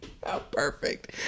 perfect